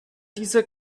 dieser